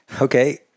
okay